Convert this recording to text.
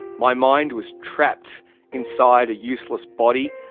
my mind was trapped inside a useless body,